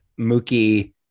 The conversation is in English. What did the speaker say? Mookie